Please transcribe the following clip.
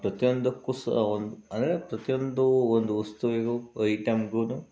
ಪ್ರತಿಯೊಂದಕ್ಕೂ ಸಹ ಒಂದು ಅಂದರೆ ಪ್ರತಿಯೊಂದು ಒಂದು ವಸ್ತುವಿಗು ಐಟಮ್ಗೂ